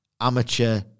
amateur